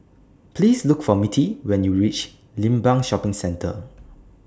Please Look For Mittie when YOU REACH Limbang Shopping Centre